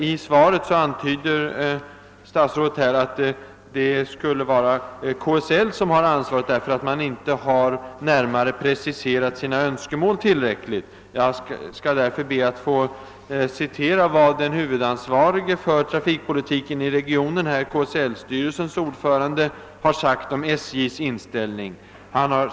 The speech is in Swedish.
I svaret antyder statsrådet att det skulle vara KSL som har ansvaret, därför att man inte närmare har preciserat sina önskemål. Jag skall därför be att få citera vad den huvudansvarige för trafikpolitiken här i regionen, KSL styrelsens ordförande, har sagt om SJ:s inställning.